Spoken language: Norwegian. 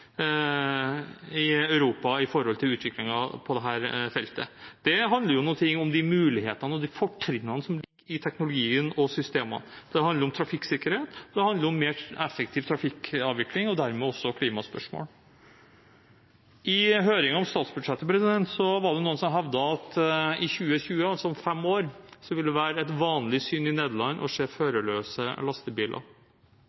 i Europa i utviklingen av dette feltet. Det handler noe om de mulighetene og de fortrinnene som ligger i teknologien og i systemene. Det handler om trafikksikkerhet, det handler om mer effektiv trafikkavvikling og dermed også om klimaspørsmål. I høringen om statsbudsjettet var det noen som hevdet at i 2020, altså om fem år, vil førerløse lastebiler være et vanlig syn i Nederland.